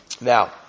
Now